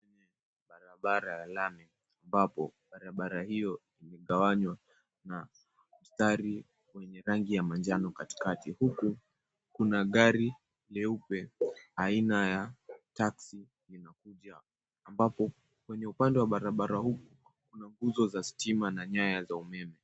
Barabara ya lami ambapo imegawanywa na mstari wa rangi ya manjano katikati. Kuna gari jeupe aina ya taksi linalokuja, na pembeni mwa barabara kuna nguzo za stima pamoja na nyaya za umeme.